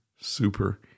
super